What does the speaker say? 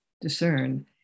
discern